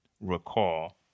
recall